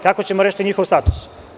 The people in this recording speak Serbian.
Kako ćemo rešiti njihovo status?